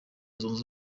zunze